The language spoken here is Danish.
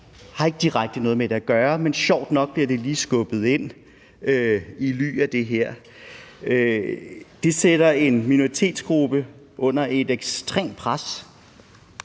Det har ikke direkte noget med det at gøre, men sjovt nok bliver det lige skubbet ind i ly af det her, og det sætter en minoritetsgruppe under et ekstremt pres,